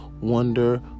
wonder